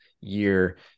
year